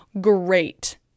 great